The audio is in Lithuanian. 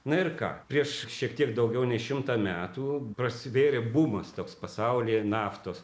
na ir ką prieš šiek tiek daugiau nei šimtą metų prasivėrė bumas toks pasaulyje naftos